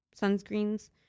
sunscreens